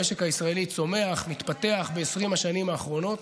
המשק הישראלי צומח, מתפתח ב-20 השנים האחרונות,